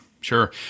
sure